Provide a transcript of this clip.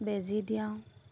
বেজি দিয়াওঁ